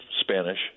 Spanish